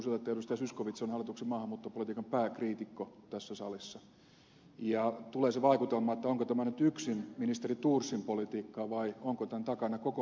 zyskowicz on hallituksen maahanmuuttopolitiikan pääkriitikko tässä salissa ja tulee se vaikutelma että onko tämä nyt yksin ministeri thorsin politiikkaa vai onko tämän takana koko hallituksen politiikka